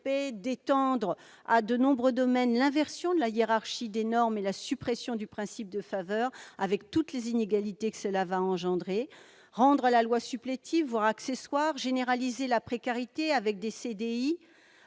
d'étendre à de nombreux domaines l'inversion de la hiérarchie des normes et la suppression du principe de faveur, avec toutes les inégalités que cela va engendrer, de rendre la loi supplétive, voire accessoire, de généraliser la précarité en créant des CDI